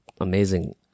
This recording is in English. amazing